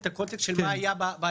אציג רק את הקונטקסט של מה היה בהסדר.